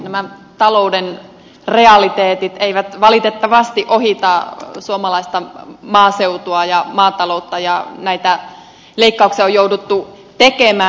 nämä talouden realiteetit eivät valitettavasti ohita suomalaista maaseutua ja maataloutta ja näitä leikkauksia on jouduttu tekemään